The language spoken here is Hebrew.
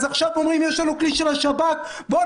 אז עכשיו אומרים יש לנו כלי של השב"כ בואו